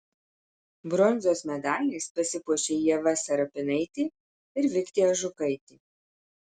bronzos medaliais pasipuošė ieva serapinaitė ir viktė ažukaitė